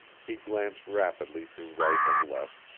he glanced rapidly to right and left,